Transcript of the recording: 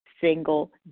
single